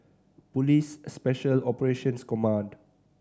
Police Special Operations Command